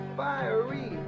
fiery